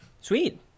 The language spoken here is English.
Sweet